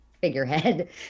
figurehead